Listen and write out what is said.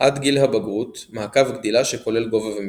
עד גיל הבגרות, מעקב גדילה שכולל גובה ומשקל.